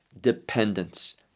dependence